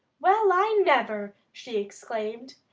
well, i never! she exclaimed.